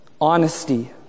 honesty